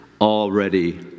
already